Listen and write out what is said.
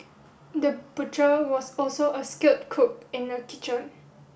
the butcher was also a skilled cook in the kitchen